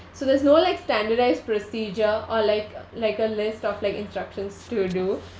so there's no like standardised procedure or like like a list of like instructions to do